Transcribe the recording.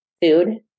Food